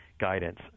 guidance